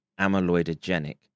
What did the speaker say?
amyloidogenic